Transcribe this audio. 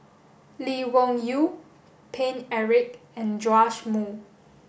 Lee Wung Yew Paine Eric and Joash Moo